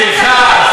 סליחה,